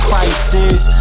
Crisis